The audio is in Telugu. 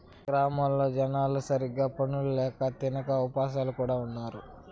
గ్రామాల్లో జనాలు సరిగ్గా పనులు ల్యాక తినక ఉపాసాలు కూడా ఉన్నారు